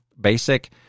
Basic